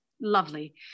lovely